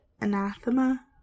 anathema